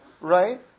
right